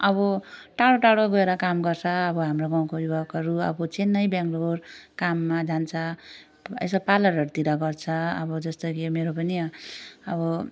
अब टाढो टाढो गएर काम गर्छ अब हाम्रो गाउँको युवकहरू अब चेन्नई बेङ्गलोर काममा जान्छ यसो पार्लरहरूतिर गर्छ अब जस्तै कि यो मेरो पनि अब